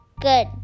good